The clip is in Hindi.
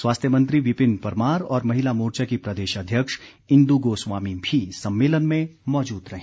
स्वास्थ्य मंत्री विपिन परमार और महिला मोर्चा की प्रदेश अध्यक्ष इंदु गोस्वामी भी सम्मेलन में मौजूद रहीं